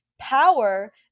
power